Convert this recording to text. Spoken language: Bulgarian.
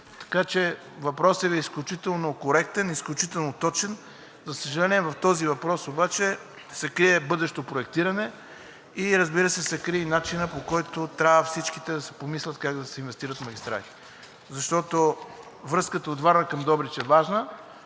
Въпросът Ви е изключително коректен, изключително точен. За съжаление, в този въпрос обаче се крие бъдещо проектиране и разбира се, се крие и начинът, по който трябва всички те да се помислят – как да се инвестира в магистрали, защото връзката от Варна към Добрич е важна,